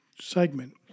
segment